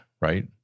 right